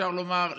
אפשר לומר,